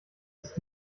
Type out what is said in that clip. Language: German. ist